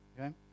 okay